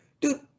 Dude